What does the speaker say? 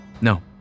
No